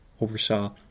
oversaw